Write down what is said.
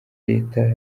leta